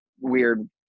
weird